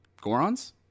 Gorons